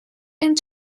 and